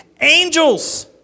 Angels